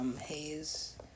haze